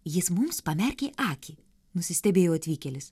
jis mums pamerkė akį nusistebėjo atvykėlis